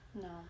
No